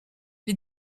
les